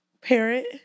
parent